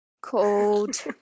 called